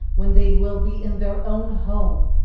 when they will be in their own home,